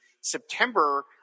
September